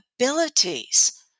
abilities